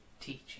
teaching